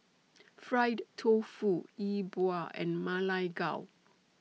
Fried Tofu E Bua and Ma Lai Gao